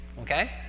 okay